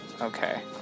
Okay